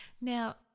now